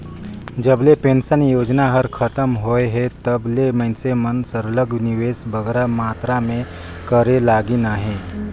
जब ले पेंसन योजना हर खतम होइस हे तब ले मइनसे मन सरलग निवेस बगरा मातरा में करे लगिन अहे